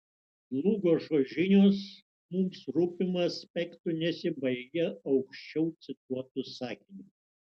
dlugošo žinios mums rūpimu aspektu nesibaigia aukščiau cituotu sakiniu